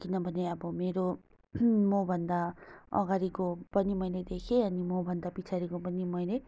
किनभने अब मेरो मभन्दा अघाडिको पनि मैले देखेँ अनि मभन्दा पछाडिको पनि मैले